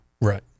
right